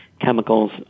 chemicals